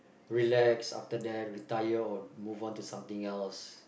relax after that retire or move on to something else